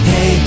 Hey